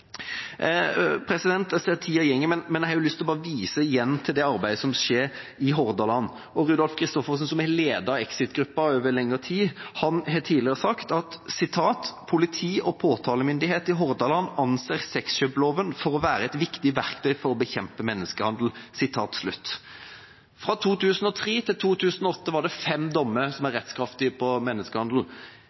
arbeidet som gjøres i Hordaland. Rudolf Christoffersen, som har ledet Exit-gruppa over lengre tid, har tidligere sagt: «Politi og påtalemyndighet i Hordaland anser sexkjøpsloven for å være et viktig verktøy for å bekjempe menneskehandel.» Fra 2003 til 2008 var det fem dommer for menneskehandel som var rettskraftige. De fem neste årene var det 33, nesten alle rettskraftige. Det viser iallfall at sexkjøpsloven er med på å få flere dømt for menneskehandel.